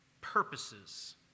purposes